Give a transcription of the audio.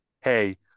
hey